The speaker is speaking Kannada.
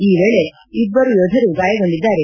ಈ ವೇಳೆ ಇಬ್ಲರು ಯೋಧರು ಗಾಯಗೊಂಡಿದ್ದಾರೆ